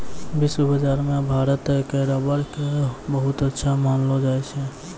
विश्व बाजार मॅ भारत के रबर कॅ बहुत अच्छा मानलो जाय छै